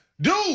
dude